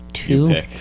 Two